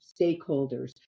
stakeholders